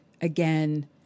again